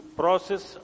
process